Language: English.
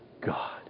God